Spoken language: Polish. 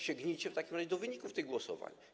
Sięgnijcie w takim razie do wyników tych głosowań.